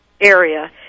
area